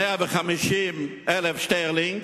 מ-150,000 שטרלינג,